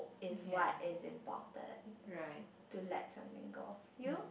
is why is important to let something go you